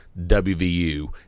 WVU